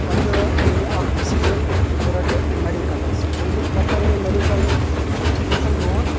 پَتہٕ نیوٗ مےٚ اَکھ ڈٮ۪سِجَن کہ بہٕ رَٹہٕ مٮ۪ڈِکَل حظ چوٗنٛکہ پَتہٕ پَرے مےٚ مٮ۪ڈِکل کینٛژَن دۄہَن